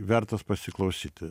vertas pasiklausyti